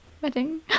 wedding